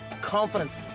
confidence